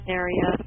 area